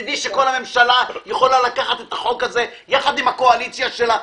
מצדי כל הממשלה יכולה לקחת את החוק הזה יחד עם הקואליציה שלה.